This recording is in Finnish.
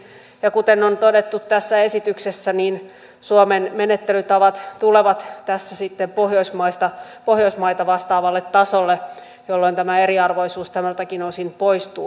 ja kuten on todettu tässä esityksessä suomen menettelytavat tulevat tässä sitten pohjoismaita vastaavalle tasolle jolloin tämä eriarvoisuus tältäkin osin poistuu